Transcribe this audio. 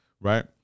right